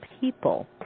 people